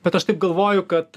bet aš taip galvoju kad